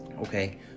Okay